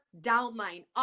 downline